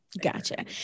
Gotcha